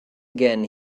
again